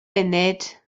funud